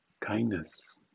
kindness